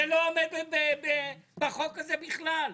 זה לא עומד בחוק הזה בכלל.